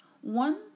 one